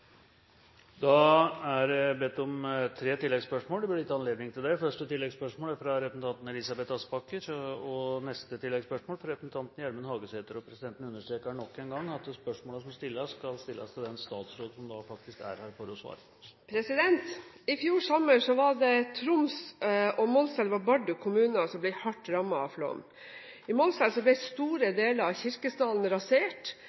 Elisabeth Aspaker – til oppfølgingsspørsmål. Presidenten understreker nok en gang at spørsmålene som stilles, skal stilles til den statsråden som faktisk er her for å svare. I fjor sommer var det Troms fylke og Målselv kommune og Bardu kommune som ble hardt rammet av flom. I Målselv ble store deler av Kirkesdalen rasert,